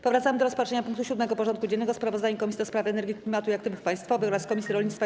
Powracamy do rozpatrzenia punktu 7. porządku dziennego: Sprawozdanie Komisji do Spraw Energii, Klimatu i Aktywów Państwowych oraz Komisji Rolnictwa i